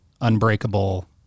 Unbreakable